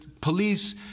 police